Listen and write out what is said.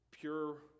Pure